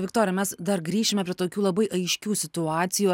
viktorija mes dar grįšime prie tokių labai aiškių situacijų ar